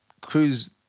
crews